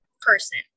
person